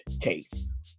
case